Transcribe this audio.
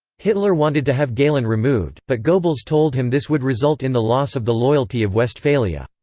hitler wanted to have galen removed, but goebbels told him this would result in the loss of the loyalty of westphalia.